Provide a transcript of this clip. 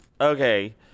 Okay